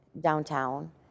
downtown